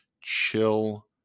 chill